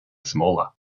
smaller